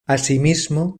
asimismo